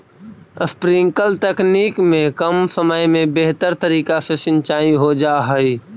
sprinkler तकनीक में कम समय में बेहतर तरीका से सींचाई हो जा हइ